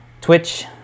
Twitch